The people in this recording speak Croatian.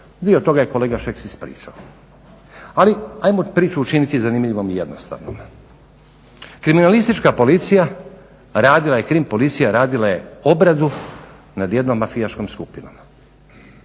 Dio toga je kolega Šeks ispričao, ali hajmo učiniti zanimljivom i jednostavnom. Kriminalistička policija radila je, Krim policija radila je obradu nad jednom mafijaškom skupinom.